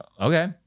okay